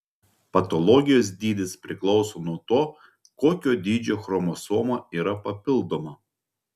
patologijos dydis priklauso nuo to kokio dydžio chromosoma yra papildoma